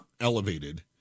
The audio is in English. elevated